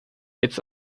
its